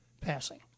passing